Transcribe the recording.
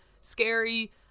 scary